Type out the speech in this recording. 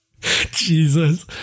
Jesus